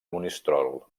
monistrol